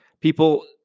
People